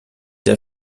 der